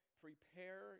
prepare